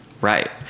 Right